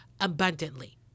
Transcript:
abundantly